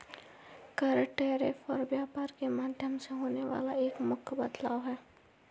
कर, टैरिफ और व्यापार के माध्यम में होने वाला एक मुख्य बदलाव हे